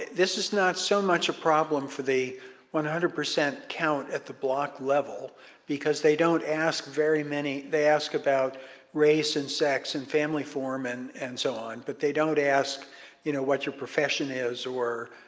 this is not so much a problem for the one hundred percent count at the block level because they don't ask very many, they ask about race and sex and family form and and so on, but they don't ask you know what your profession is or,